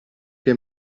che